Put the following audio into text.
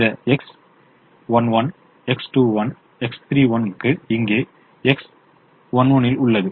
எனவே இந்த X11 X21 X31 க்கு இங்கே X11 ல் உள்ளது